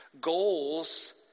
Goals